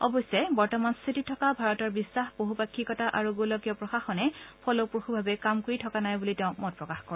অৱশ্যে বৰ্তমান স্থিতিত থকা ভাৰতৰ বিশ্বাস বহুপাক্ষিকতা আৰু গোলকীয় প্ৰশাসনে ফলভাৱে কাম কৰি থকা নাই বুলি তেওঁ মত প্ৰকাশ কৰে